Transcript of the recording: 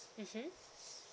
mmhmm